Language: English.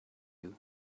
you